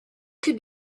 could